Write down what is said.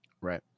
Right